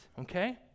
okay